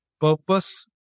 purpose